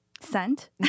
scent